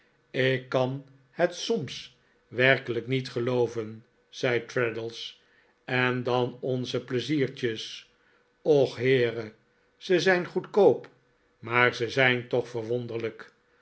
ik kan het soms werkelijk niet gelooven zei traddles en dan onze pleiziertjes och heere ze zijn goedkoop maar ze zijn toch verwonderlijk